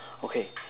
okay